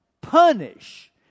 punish